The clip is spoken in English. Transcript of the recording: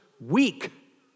weak